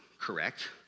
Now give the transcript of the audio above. correct